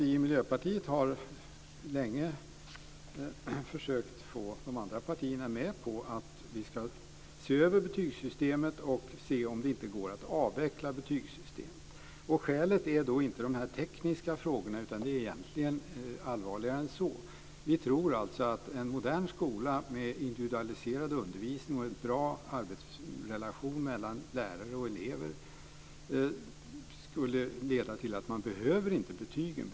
Vi i Miljöpartiet har länge försökt få de andra partierna med på att vi ska se över betygssystemet och se om det inte går att avveckla betygssystemet. Skälet är inte de tekniska frågorna utan egentligen allvarligare än så. Vi tror att en modern skola med en individualiserad undervisning och en bra arbetsrelation mellan lärare och elever skulle leda till att man inte behöver betygen.